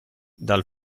dal